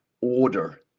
order